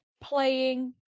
playing